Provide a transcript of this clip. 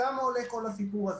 כמה עולה כל הסיפור הזה?